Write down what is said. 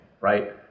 right